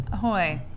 Ahoy